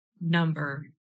number